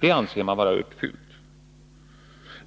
Det anser man vara uppfyllt.